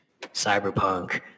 Cyberpunk